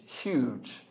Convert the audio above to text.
huge